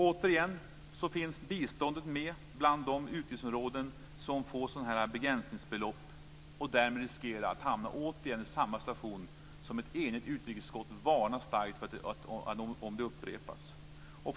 Återigen finns biståndet med bland de utgiftsområden som får sådana här begränsningsbelopp och riskerar därmed att återigen hamna i samma situation. Ett enigt utrikesutskott varnar starkt för en sådan upprepning.